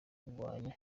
kurwanya